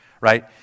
Right